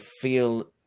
feel